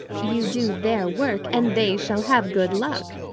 you do their work, and they shall have good luck.